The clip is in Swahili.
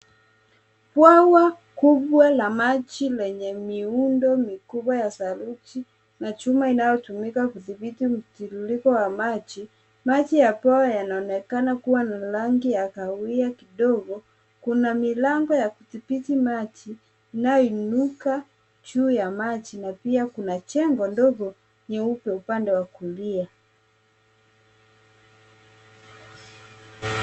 Bwawa kubwa la maji lenye miundo mikubwa ya saruji na chuma inayotumika kudhibiti mtiririko wa maji. Maji ya bwawa yanaonekana kuwa na rangi ya kahawia kidogo. Kuna milango ya kudhibiti maji inayoinuka juu ya maji na pia kuna jengo ndogo nyeupe upande wa kulia.